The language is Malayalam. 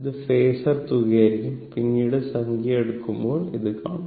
ഇത് ഫേസർ തുകയായിരിക്കും പിന്നീട് സംഖ്യ എടുക്കുമ്പോൾ അത് കാണും